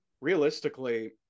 realistically